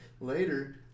later